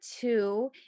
two